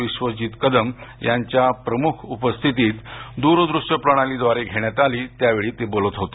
विश्वजीत कदम यांच्या प्रमुख उपस्थितीत दूरदृष्यप्रणालीद्वारे घेण्यात आली यावेळी ते बोलत होते